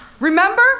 Remember